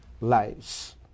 lives